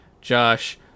Josh